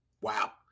wow